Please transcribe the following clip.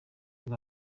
ngo